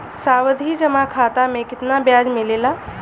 सावधि जमा खाता मे कितना ब्याज मिले ला?